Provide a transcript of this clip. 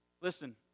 listen